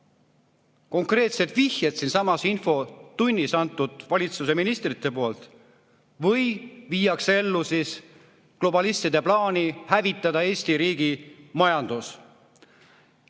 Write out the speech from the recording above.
konkreetsed vihjed siinsamas infotunnis antud valitsuse ministrite poolt, või viiakse ellu globalistide plaani hävitada Eesti riigi majandus.